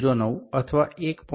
09 અથવા 1